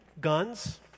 guns